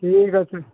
ঠিক আছে